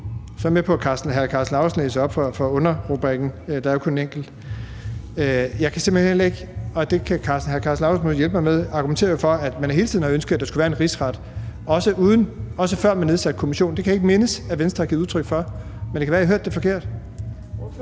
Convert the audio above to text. Så er jeg med på, at hr. Karsten Lauritzen læser op fra underrubrikken. Der er jo kun en enkelt. Hr. Karsten Lauritzen må hjælpe mig med det. Han argumenterer jo for, at man hele tiden har ønsket, at der skulle være en rigsret, også før man nedsatte kommissionen. Det kan jeg ikke mindes Venstre har givet udtryk for. Men det kan være, at jeg hørte det forkert.